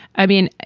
i mean,